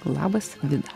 labas vida